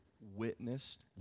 witnessed